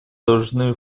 должны